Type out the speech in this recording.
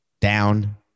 down